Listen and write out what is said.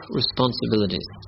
responsibilities